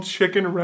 Chicken